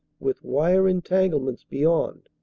with wire entanglements beyond,